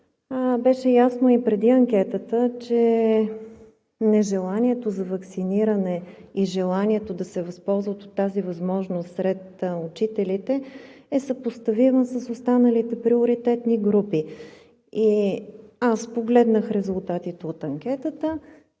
беше ясна и преди нея, че нежеланието за ваксиниране и желанието да се възползват от тази възможност сред учителите е съпоставимо с останалите приоритетни групи. Аз погледнах резултатите от анкетата.